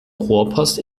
rohrpost